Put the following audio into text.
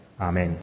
Amen